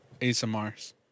ASMRs